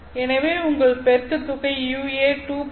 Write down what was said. எனவே உங்கள் பெருக்குத் தொகை ua 2